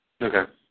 Okay